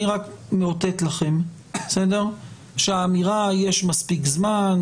אני רק מאותת לכם שהאמירה שיש מספיק זמן,